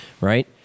right